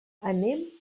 anem